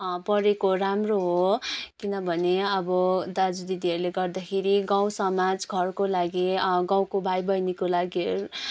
परेको राम्रो हो किनभने अब दाजुदिदीहरूले गर्दाखेरि गाउँ समाज घरको लागि गाउँको भाइबहिनीको लागि र